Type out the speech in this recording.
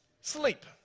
sleep